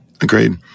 agreed